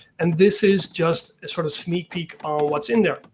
and this is just a sort of sneak peak on what's in there.